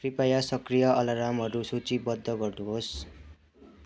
कृपया सक्रिय अलारामहरू सूचीबद्ध गर्नु होस्